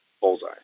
bullseye